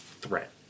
threat